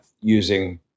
using